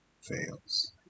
fails